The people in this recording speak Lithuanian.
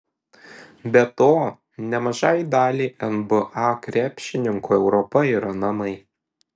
be to nemažai daliai nba krepšininkų europa yra namai